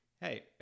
Hey